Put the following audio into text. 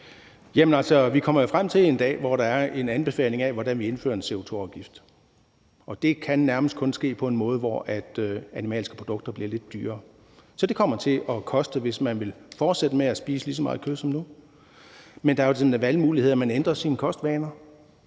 vi kommer jo til en dag, hvor der er en anbefaling til, hvordan vi indfører en CO2-afgift – og det kan nærmest kun ske på en måde, hvor animalske produkter bliver lidt dyrere. Så det kommer til at koste, hvis man vil fortsætte med at spise lige så meget kød som nu. Men der er jo den valgmulighed, at man ændrer sine kostvaner,